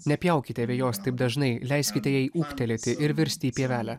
nepjaukite vejos taip dažnai leiskite jai ūgtelėti ir virsti į pievelę